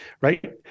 right